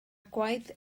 gwaith